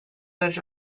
was